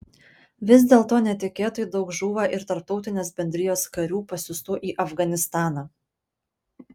vis dėlto netikėtai daug žūva ir tarptautinės bendrijos karių pasiųstų į afganistaną